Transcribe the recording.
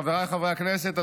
חבריי חברי הכנסת,